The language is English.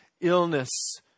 illness